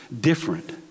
different